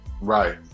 right